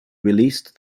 released